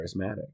charismatic